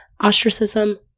ostracism